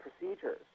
procedures